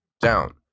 down